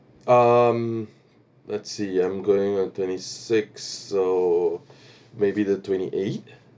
um let's see I'm going on twenty six so maybe the twenty eight